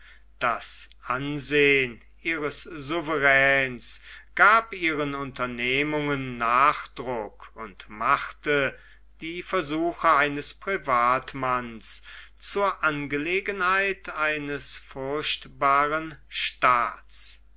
das ansehen ihres souveräns gab ihren unternehmungen nachdruck und machte die versuche eines privatmanns zur angelegenheit eines furchtbaren staats